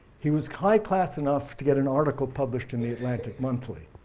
he was high class enough to get an article published in the atlantic monthly.